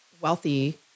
wealthy